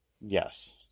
Yes